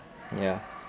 ya